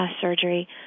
surgery